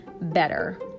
better